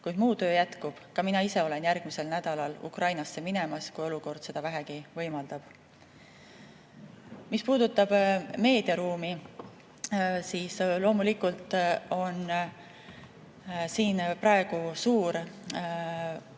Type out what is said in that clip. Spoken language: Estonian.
Kuid muu töö jätkub, ka mina ise olen järgmisel nädalal Ukrainasse minemas, kui olukord seda vähegi võimaldab. Mis puudutab meediaruumi, siis loomulikult on siin praegu suur vale‑